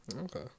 Okay